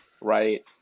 Right